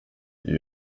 ibi